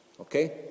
Okay